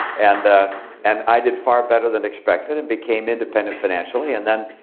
and and i did far better than expected and became independent financially. and then,